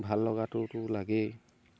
ভাল লগাটোতো লাগেই